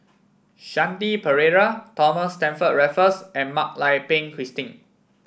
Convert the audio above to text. Shanti Pereira Thomas Stamford Raffles and Mak Lai Peng Christine